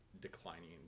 declining